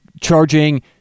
charging